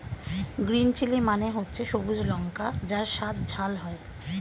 green chilli মানে হচ্ছে সবুজ লঙ্কা যার স্বাদ ঝাল হয়